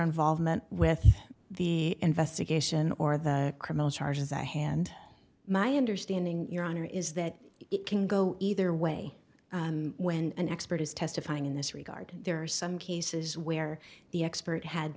involvement with the investigation or the criminal charges i hand my understanding your honor is that it can go either way when an expert is testifying in this regard there are some cases where the expert had